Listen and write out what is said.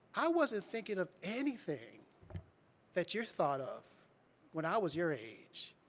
i wasn't thinking of anything that you've thought of when i was your age,